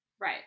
Right